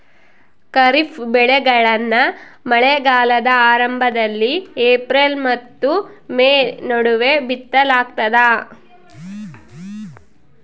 ಖಾರಿಫ್ ಬೆಳೆಗಳನ್ನ ಮಳೆಗಾಲದ ಆರಂಭದಲ್ಲಿ ಏಪ್ರಿಲ್ ಮತ್ತು ಮೇ ನಡುವೆ ಬಿತ್ತಲಾಗ್ತದ